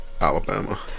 Alabama